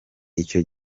icyo